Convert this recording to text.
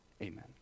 Amen